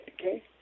okay